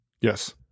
yes